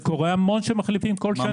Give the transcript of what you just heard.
אבל קורה הרבה שמחליפים כל שנה.